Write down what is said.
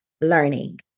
learning